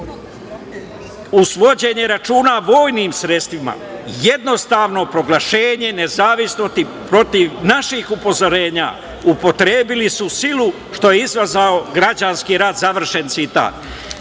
u svođenje računa vojnim sredstvima. Jednostrano proglašenje nezavisnosti, protiv naših upozorenja, upotrebili su silu, što je izazvalo građanski rat".